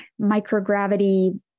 microgravity